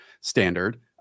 standard